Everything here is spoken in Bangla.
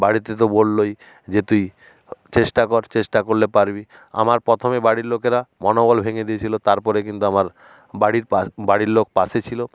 বাড়িতে তো বললোই যে তুই চেষ্টা কর চেষ্টা করলে পারবি আমার প্রথমে বাড়ির লোকেরা মনোবল ভেঙে দিয়েছিল তারপরে কিন্তু আমার বাড়ির বাড়ির লোক পাশে ছিল